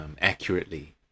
accurately